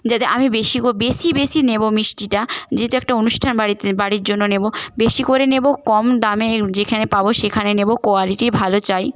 যাতে আমি বেশি বেশি বেশি নেব মিষ্টিটা যেহেতু একটা অনুষ্ঠান বাড়িতে বাড়ির জন্য নেব বেশি করে নেব কম দামের যেখানে পাব সেখানে নেব কোয়ালিটি ভালো চাই